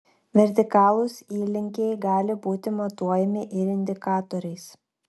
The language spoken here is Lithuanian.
vertikalūs įlinkiai gali būti matuojami ir indikatoriais